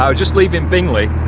um just leaving bingley.